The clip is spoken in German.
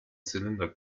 zylinder